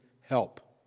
help